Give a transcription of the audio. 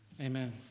Amen